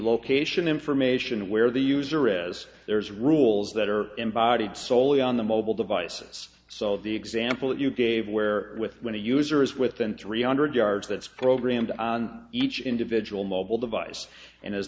location information where the user is there's rules that are embodied soley on the mobile devices so the example you gave where with when a user is within three hundred yards that's programmed on each individual mobile device and as